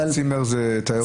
צימר זה תיירות?